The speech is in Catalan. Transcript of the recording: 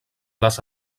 les